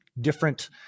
different